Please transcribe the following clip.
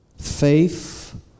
faith